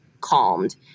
calmed